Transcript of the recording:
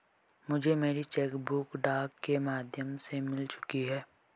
मुझे मेरी cheque book डाक के माध्यम से मिल चुकी है